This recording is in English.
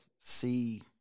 see